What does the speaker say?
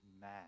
mad